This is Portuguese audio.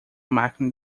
máquina